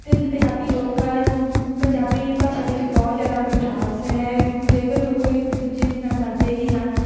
ਅਤੇ ਪੰਜਾਬੀ ਲੋਕ ਪੰਜਾਬੀ ਭਾਸ਼ਾ ਵਿੱਚ ਬਹੁਤ ਜ਼ਿਆਦਾ ਮਿਠਾਸ ਹੈ ਜੇਕਰ ਲੋਕ ਇੱਕ ਦੂਜੇ ਨਾਲ ਲੜਦੇ ਵੀ ਹਨ